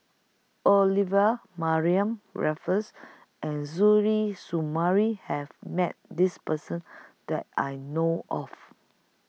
Olivia Mariamne Raffles and Suzairhe Sumari has Met This Person that I know of